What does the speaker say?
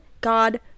god